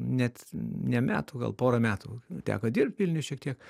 net ne metų gal porą metų teko dirbt vilniuj šiek tiek